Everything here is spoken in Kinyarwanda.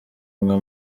nka